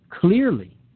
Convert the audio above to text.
Clearly